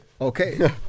Okay